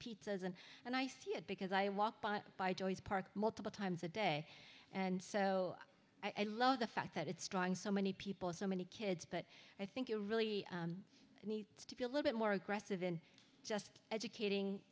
pizzas and and i see it because i walk by joey's park multiple times a day and so i love the fact that it's drawing so many people so many kids but i think you really need to be a little bit more aggressive in just educating